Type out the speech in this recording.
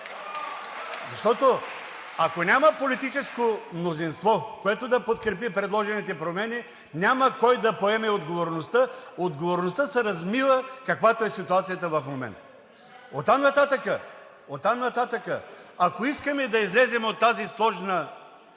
Защото, ако няма политическо мнозинство, което да подкрепи предложените промени, няма кой да поеме отговорността. Отговорността се размива, каквато е ситуацията в момента. Оттам нататък, ако искаме да излезем от тази сложна